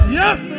yes